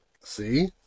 See